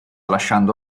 lasciando